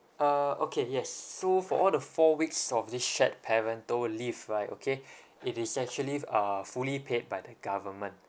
uh okay yes so for all the four weeks of this shared parental leave right okay it is actually f~ uh fully paid by the government